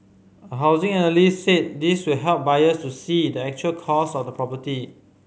a housing analyst said this will help buyers to see the actual cost of the property